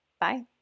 Bye